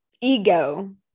ego